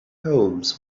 homes